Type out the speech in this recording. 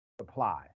supply